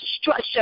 structure